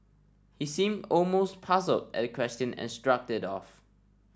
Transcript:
he seemed almost puzzled at the question and shrugged it off